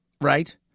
Right